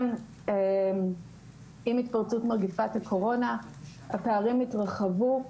עם התפרצות מגפת הקורונה הפערים התרחבו.